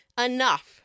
enough